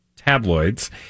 tabloids